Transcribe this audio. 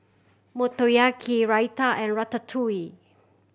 Motoyaki Raita and Ratatouille